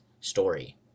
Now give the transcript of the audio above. story